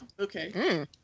Okay